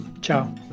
Ciao